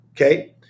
okay